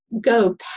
go